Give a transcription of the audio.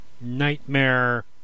nightmare